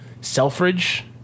Selfridge